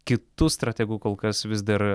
kitu strategu kol kas vis dar